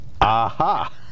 Aha